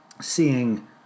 seeing